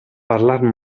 parlare